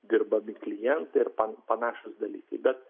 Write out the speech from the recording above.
dirbami klientai ir pan panašūs dalykai bet